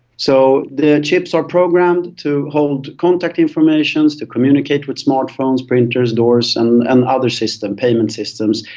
so the chips are programmed to hold contact information, to communicate with smart phones, printers, doors and and other systems, payment systems,